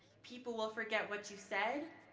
people will forget what you said,